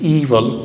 evil